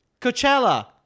Coachella